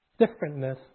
differentness